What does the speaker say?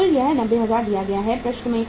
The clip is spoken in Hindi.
कुल यह 90000 दिया गया है प्रश्न में